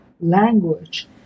language